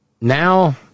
now